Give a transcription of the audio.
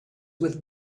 with